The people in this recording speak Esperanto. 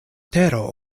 tero